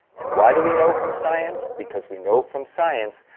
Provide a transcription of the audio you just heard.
and why do we know from science? because we know from science,